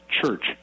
Church